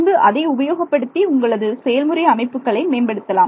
பின்பு அதை உபயோகப்படுத்தி உங்களது செயல்முறை அமைப்புகளை மேம்படுத்தலாம்